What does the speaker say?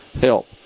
help